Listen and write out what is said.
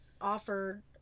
offered